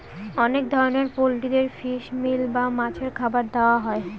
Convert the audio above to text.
অনেক ধরনের পোল্ট্রিদের ফিশ মিল বা মাছের খাবার দেওয়া হয়